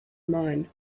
mine